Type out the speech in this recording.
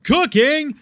Cooking